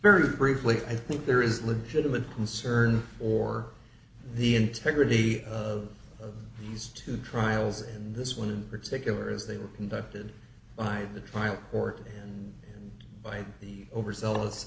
very briefly i think there is legitimate concern or the integrity of these two trials and this one in particular as they were conducted by the trial court and by the overzealous